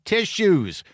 Tissues